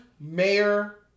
Mayor